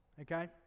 okay